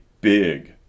big